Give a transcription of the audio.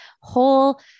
whole